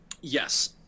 Yes